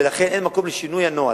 ולכן אין מקום לשינוי הנוהל.